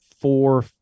four